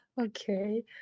Okay